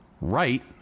right